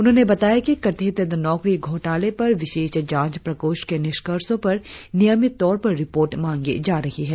उन्होंने बताया कि कथित नौकरी घोटाले पर विशेष जांच प्रकोष्ठ के निष्कर्षो पर नियमित तौर पर रिपोर्ट मांगी जा रही है